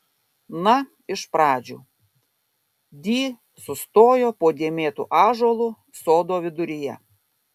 na iš pradžių di sustojo po dėmėtu ąžuolu sodo viduryje